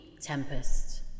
Tempest